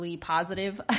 positive